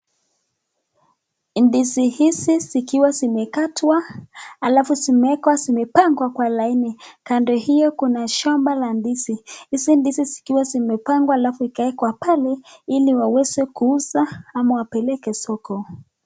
Ndizi hizi zikiwa zimekatwa alafu zimewekwa zimepangwa kwa laini, kando hiyo kuna shamba la ndizi. Hizi ndizi zikiwa zimepangwa alafu ikawekwa pale ili waweze kuuza ama wapeleke soko.